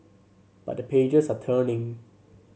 but the pages are turning